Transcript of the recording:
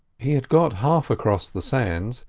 he had got half across the sands,